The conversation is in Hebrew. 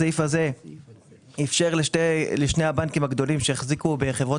הסעיף הזה אפשר לשני הבנקים הגדולים שהחזיקו בחברות